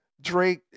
Drake